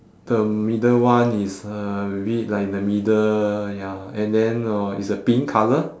the middle one is uh like the middle ya lah and then oh it's a pink colour